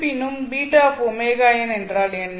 இருப்பினும் βωn என்றால் என்ன